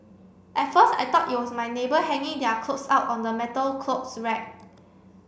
at first I thought it was my neighbour hanging their clothes out on the metal clothes rack